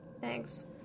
thanks